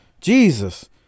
Jesus